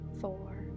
four